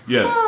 Yes